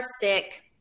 sick